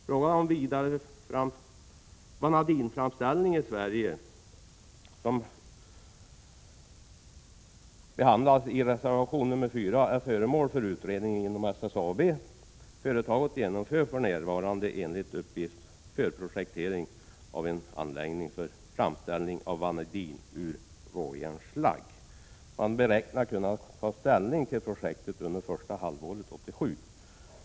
Frågan om vanadinframställning i Sverige, som behandlas i reservation 4, är föremål för utredning inom SSAB. Företaget genomför för närvarande enligt uppgift förprojektering av en anläggning för framställning av vanadin ur råjärnsslagg. Man beräknar kunna ta ställning till projektet under första halvåret 1987.